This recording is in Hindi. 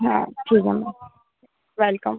हाँ ठीक है मैम वेलकम